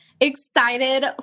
excited